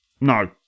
No